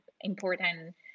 important